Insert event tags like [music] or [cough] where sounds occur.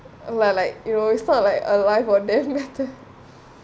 like like you know it's not like a life or death matter [laughs]